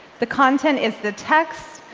the content is the text,